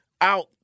out